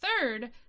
third